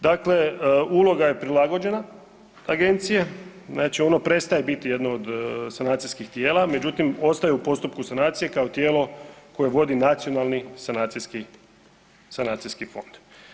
Dakle, uloga je prilagođena agencije, znači ono prestaje biti jedno od sanacijskih tijela, međutim ostaje u postupku sanacije kao tijelo koje vodi nacionalni sanacijski, sanacijski fond.